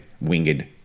winged